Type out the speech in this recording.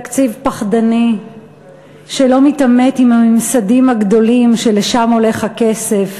תקציב פחדני שלא מתעמת עם הממסדים הגדולים שלשם הולך הכסף,